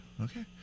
Okay